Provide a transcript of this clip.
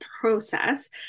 process